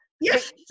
yes